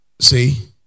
See